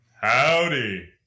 Howdy